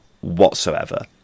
whatsoever